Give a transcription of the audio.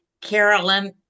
Carolyn